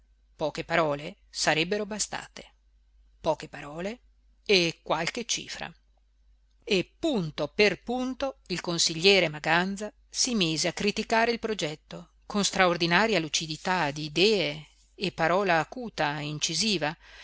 poche parole sarebbero bastate poche parole e qualche cifra e punto per punto il consigliere maganza si mise a criticare il progetto con straordinaria lucidità d'idee e parola acuta incisiva